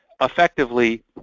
Effectively